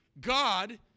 God